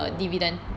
no